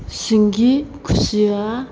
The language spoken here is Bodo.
सिंगि खुसिया